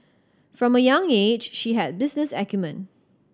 from a young age she had business acumen